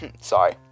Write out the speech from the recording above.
Sorry